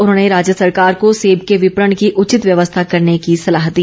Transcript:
उन्होंने राज्य सरकार को सेब के विपणन की उचित व्यवस्था करने की सलाह दी